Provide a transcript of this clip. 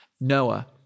Noah